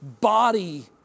body